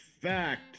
fact